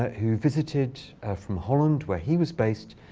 who visited from holland where he was based,